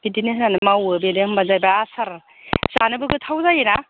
बिदिनो होन मावो बेनो होनबा जाहैबाय आसार जानोबो गोथाव जायो ना